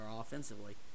offensively